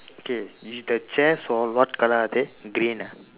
okay you the chairs what colour are they green ah